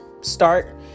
start